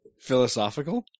Philosophical